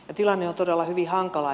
tilanne on todella hyvin hankala